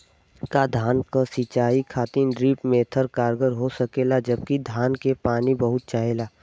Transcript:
का धान क सिंचाई खातिर ड्रिप मेथड कारगर हो सकेला जबकि धान के पानी बहुत चाहेला?